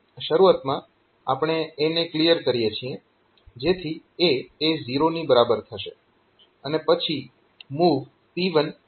શરૂઆતમાં આપણે A ને ક્લીયર કરીએ છીએ જેથી A એ 0 ની બરાબર થશે અને પછી MOV P1A છે